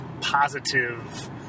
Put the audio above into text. positive